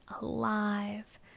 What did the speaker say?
alive